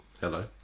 Hello